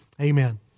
Amen